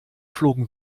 flogen